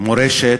מורשת,